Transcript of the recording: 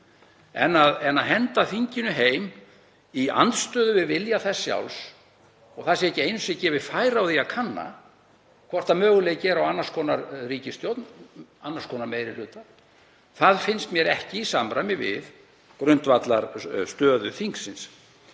En að henda þinginu heim í andstöðu við vilja þess sjálfs og ekki sé einu sinni gefið færi á að kanna hvort möguleiki er á annars konar ríkisstjórn, annars konar meiri hluta, finnst mér ekki í samræmi við grundvallarstöðu þingsins.